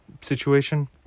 situation